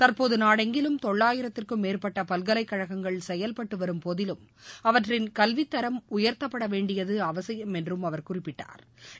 தற்போது நாடெங்கிலும் தொள்ளாயிரத்திற்கும் மேற்பட்ட பல்கலைக்கழகங்கள் செயல்பட்டுவரும் போதிலும் அவற்றின் கல்வித்தரம் உயர்த்தப்பட வேண்டியது அவசியம் என்றும் அவர் குறிப்பிட்டாா்